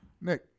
Nick